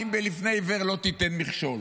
האם לפני עיוור לא תיתן מכשול.